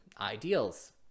ideals